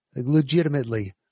legitimately